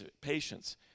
patience